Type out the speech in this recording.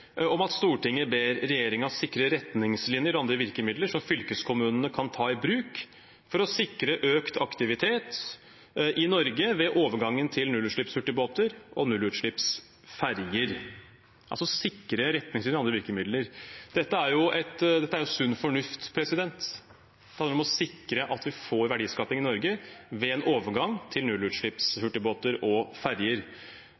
om at Stortinget ber regjeringen sikre retningslinjer og andre virkemidler som fylkeskommunene kan ta i bruk for å sikre økt aktivitet i Norge ved overgangen til nullutslippshurtigbåter og nullutslippsferjer. Det gjelder altså å sikre retningslinjer og andre virkemidler. Dette er jo sunn fornuft. Det handler om å sikre at vi får verdiskaping i Norge ved en overgang til